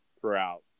throughout